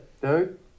dude